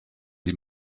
die